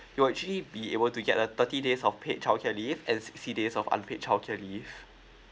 you're actually be able to get a thirty days of paid childcare leave and sixty days of unpaid childcare leave